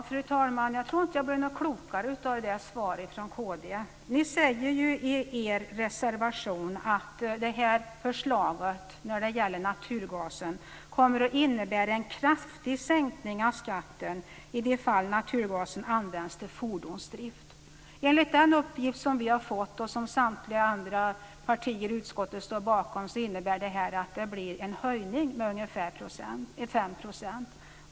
Fru talman! Jag tror inte att jag blev klokare av det svaret från Kristdemokraterna. Ni säger ju i er reservation att förslaget när det gäller naturgasen kommer att innebära en kraftig sänkning av skatten i de fall naturgasen används till fordonsdrift. Enligt den uppgift som vi har fått och som samtliga andra partier i utskottet står bakom innebär detta en höjning med ungefär 5 %.